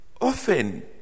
often